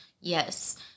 Yes